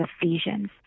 Ephesians